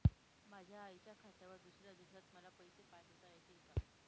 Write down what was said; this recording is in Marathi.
माझ्या आईच्या खात्यावर दुसऱ्या देशात मला पैसे पाठविता येतील का?